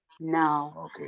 now